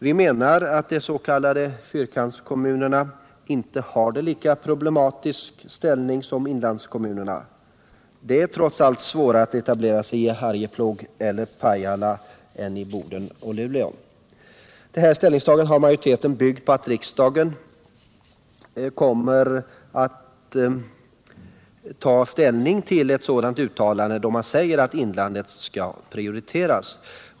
Vi menar att de s.k. fyrkantskommunerna inte har en lika problematisk ställning som inlandskommunerna. Det är trots allt svårare att etablera sig i Arjeplog eller Pajala än i Boden och Luleå. Majoriteten har byggt på att riksdagen kommer att ta ställning för ett sådant uttalande, då man säger att inlandet skall prioriteras.